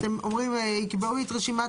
אתם אומרים יקבעו את רשימת